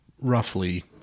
roughly